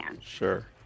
Sure